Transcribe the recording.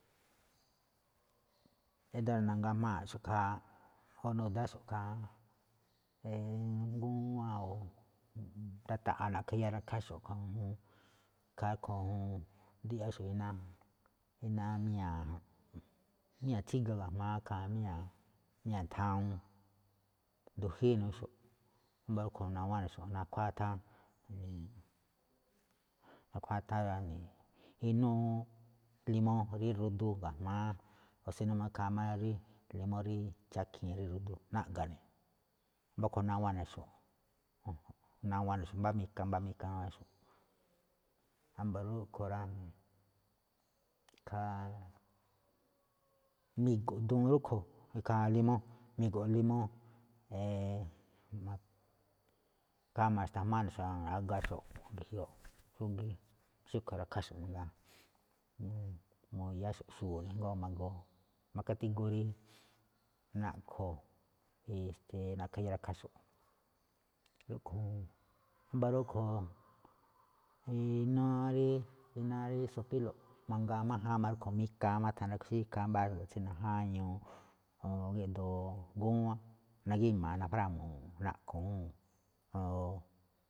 ído̱ rí nagájmáaꞌxop̱ꞌ ikhaa o nudáxo̱ꞌ ikhaa, o ngúwán o ndata̱ꞌa̱ na̱ꞌkha̱ iya rakháxo̱ꞌ, a̱ꞌkhue̱n ikhaa rúꞌkhue̱n juun nduꞌyáxop̱ꞌ iná, iná míña̱ miña̱ tsíga ga̱jma̱á ikhaa míña̱ thawuun. Ndu̱jíi inúune̱xo̱ꞌ, wámba̱ rúꞌkhue̱n nawánxo̱ꞌ ne̱, nakhuáa tháan, nakhuáa tháan, inúu limó rí rudu ga̱jma̱á, si no ikhaa máꞌ rí limó rí chakiin rí rudu naꞌga̱ne̱, wámba̱ rúꞌkhue̱n nawáne̱xo̱ꞌ, nawáne̱xo̱ꞌ mbá mika, mbá mika nawáne̱xo̱ꞌ. Wámba̱ rúꞌkhue̱n rá, ikhaa, mi̱go̱ duun rúꞌkhue̱n ikhaa limó, mi̱go̱ꞌ limó, ikhaa ma̱xta̱jmááxo̱ꞌ agaxo̱ꞌ, xúgíí, xúꞌkhue̱n rakháxo̱ꞌ mangaa, mbu̱ya̱xo̱ꞌ xu̱u̱ꞌ jngó ma̱goo, ma̱kátígú rí na̱ꞌkho̱, esteeꞌ na̱ꞌkha̱ iya rakháxo̱ꞌ, rúꞌkhue̱n juun, wámba̱ rúꞌkhue̱n, iná rí, iná rí sopílo̱ꞌ mangaa máꞌ májáan rúꞌkhue̱n mikaa thana rúꞌkhue̱n xí ikhaa mbáa xa̱bo̱ tsí najáñuu o géꞌdoo ngúwán nagíma̱a̱ꞌ najrámu̱u̱ꞌ naꞌkho̱ awúu̱n o.